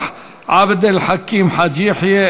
עבד אל חכים חאג' יחיא,